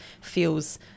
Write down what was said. feels